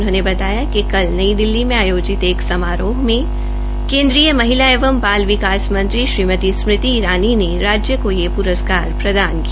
उन्होंने बताया कि कल नई दिल्ली में आयोजित एक समारोह में केन्द्रीय महिला एवं बाल विकास मंत्री श्रीमती स्मृति ईरानी ने राज्य को यह प्रस्कार प्रदान किया